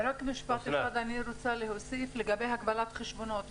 רק משפט אחד אני רוצה להוסיף לגבי הגבלת חשבונות.